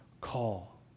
call